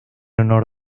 honor